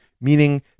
Meaning